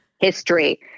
history